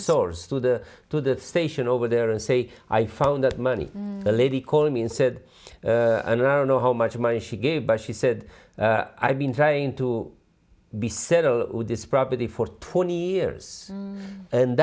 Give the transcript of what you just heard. source to the to the station over there and say i found that money the lady calling me and said and i don't know how much money she gave but she said i've been trying to be settle with this property for twenty years and